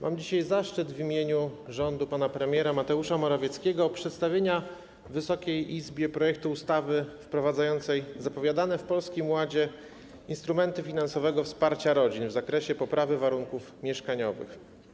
Mam dzisiaj zaszczyt w imieniu rządu pana premiera Mateusza Morawieckiego przedstawić Wysokiej Izbie projekt ustawy wprowadzającej zapowiadane w Polskim Ładzie instrumenty finansowego wsparcia rodzin w zakresie poprawy warunków mieszkaniowych.